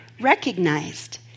recognized